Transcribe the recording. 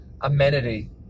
amenity